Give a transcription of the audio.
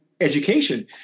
education